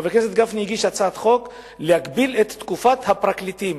חבר הכנסת גפני הגיש הצעת חוק להגביל את תקופת הכהונה של הפרקליטים,